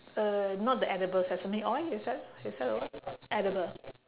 uh not the edible sesame oil is that is that the what edible